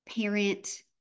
parent